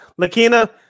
Lakina